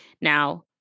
Now